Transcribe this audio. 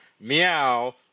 meow